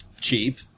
Cheap